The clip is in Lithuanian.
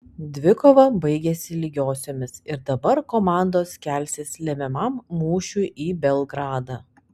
dvikova baigėsi lygiosiomis ir dabar komandos kelsis lemiamam mūšiui į belgradą